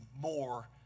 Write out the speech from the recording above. more